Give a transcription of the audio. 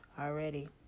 already